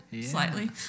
slightly